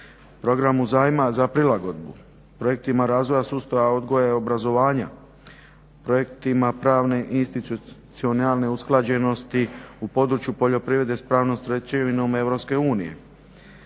programu zajma za prilagodbu, projektima razvoja sustava odgoja i obrazovanja, projektima pravne i institucionalne usklađenosti u području poljoprivrede s pravnom stečevine